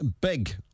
big